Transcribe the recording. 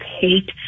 hate